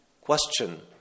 question